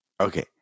Okay